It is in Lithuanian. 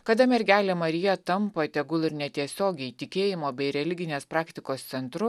kada mergelė marija tampa tegul ir netiesiogiai tikėjimo bei religinės praktikos centru